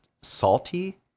Salty